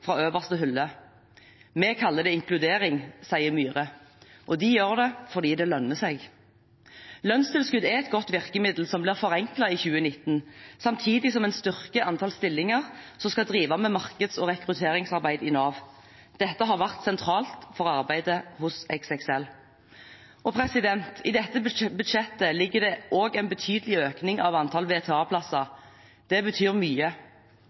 fra øverste hylle. Vi kaller det inkludering, sier Myhre. Og de gjør det fordi det lønner seg. Lønnstilskudd er et godt virkemiddel som blir forenklet i 2019, samtidig som en styrker antall stillinger som skal drive med markeds- og rekrutteringsarbeid i Nav. Dette har vært sentralt for arbeidet hos XXL. I dette budsjettet ligger det også en betydelig økning av antall VTA-plasser. Det betyr mye.